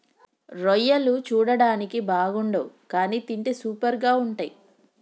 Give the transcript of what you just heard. రొయ్యలు చూడడానికి బాగుండవ్ కానీ తింటే సూపర్గా ఉంటయ్